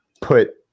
put